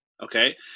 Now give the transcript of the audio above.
Okay